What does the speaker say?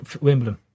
Wimbledon